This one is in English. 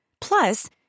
Plus